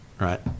right